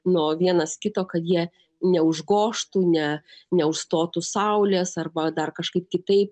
nuo vienas kito kad jie neužgožtų ne neužstotų saulės arba dar kažkaip kitaip